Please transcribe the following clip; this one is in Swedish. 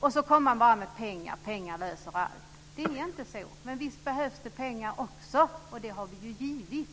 Och så kommer man bara med pengar - pengar löser allt. Det är inte så, men visst behövs det pengar också, och det har vi givit.